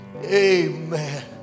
amen